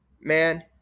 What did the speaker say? man